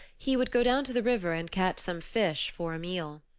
he would go down to the river and catch some fish for a meal.